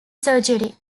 surgery